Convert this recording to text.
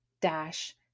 dash